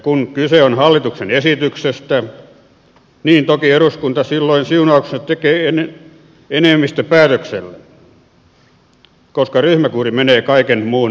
kun kyse on hallituksen esityksestä toki eduskunta silloin siunauksensa tekee enemmistöpäätöksellä koska ryhmäkuri menee kaiken muun ylitse